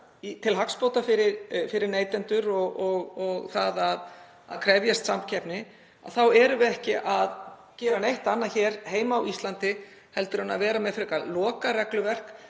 til hagsbóta fyrir neytendur og er að krefjast samkeppni, þá erum við ekki að gera neitt annað hér heima á Íslandi heldur en að vera með frekar lokað regluverk